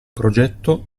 progetto